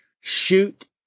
shoot